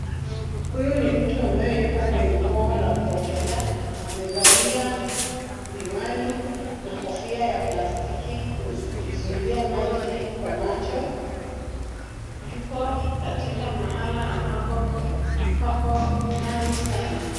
Huyu ni mtu ambaye yuko kwenye bwawa la kuogelea. Amevalia miwani na kofia ya plastiki kujizuilia maji kwa macho. Yuko katika mahala ambako pako ndani sana.